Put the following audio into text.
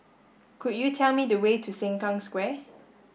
could you tell me the way to Sengkang Square